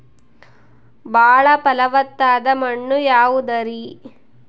ಬಾಳ ಫಲವತ್ತಾದ ಮಣ್ಣು ಯಾವುದರಿ?